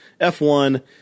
F1